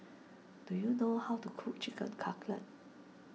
do you know how to cook Chicken Cutlet